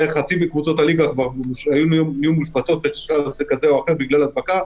ובערך חצי מקבוצות הליגה מושבתות בגלל הדבקה,